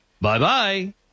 Bye-bye